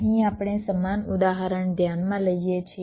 અહીં આપણે સમાન ઉદાહરણ ધ્યાનમાં લઈએ છીએ